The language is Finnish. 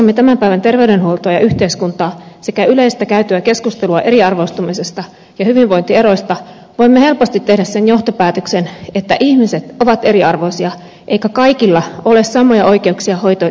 seuratessamme tämän päivän terveydenhuoltoa ja yhteiskuntaa sekä yleistä käytyä keskustelua eriarvoistumisesta ja hyvinvointieroista voimme helposti tehdä sen johtopäätöksen että ihmiset ovat eriarvoisia eikä kaikilla ole samoja oikeuksia hoitoon ja palveluihin